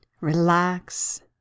Relax